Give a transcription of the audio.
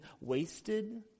wasted